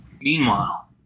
Meanwhile